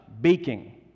baking